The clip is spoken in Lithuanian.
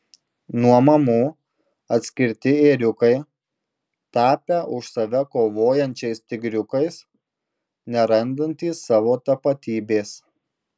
nuo mamų atskirti ėriukai tapę už save kovojančiais tigriukais nerandantys savo tapatybės